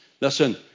Listen